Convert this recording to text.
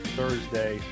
Thursday